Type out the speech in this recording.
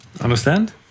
understand